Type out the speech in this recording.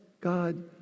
God